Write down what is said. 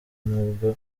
nubwo